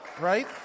right